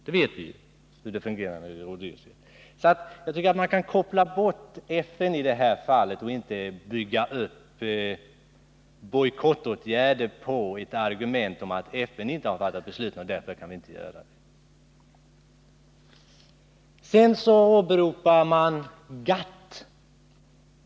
Därför tycker jag att man kan koppla bort FN i det här fallet och inte grunda sin inställning på argumentet att om FN inte har fattat beslut kan ingenting göras. Sedan åberopades GATT.